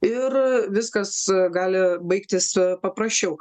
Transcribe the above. ir viskas gali baigtis paprasčiau